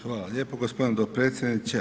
Hvala lijepo g. dopredsjedniče.